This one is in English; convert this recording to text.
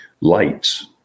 lights